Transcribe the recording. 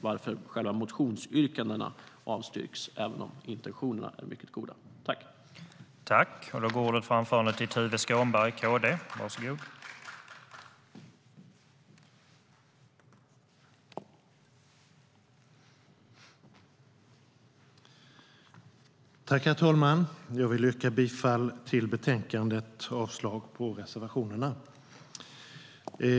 Därför bör själva motionsyrkandena avslås, även om intentionerna är mycket goda.